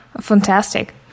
Fantastic